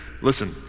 Listen